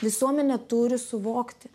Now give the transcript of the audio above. visuomenė turi suvokti